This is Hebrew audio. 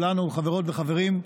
חברות וחברים,